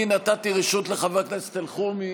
אני נתתי רשות לחבר הכנסת אלחרומי,